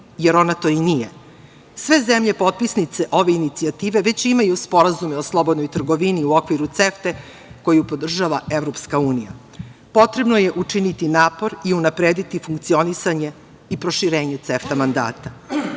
jer ona to i nije. Sve zemlje potpisnice ove inicijative već imaju sporazume o slobodnoj trgovini u okviru CEFTA, koju podržava EU. Potrebno je učiniti napor i unaprediti funkcionisanje i proširenje CEFTA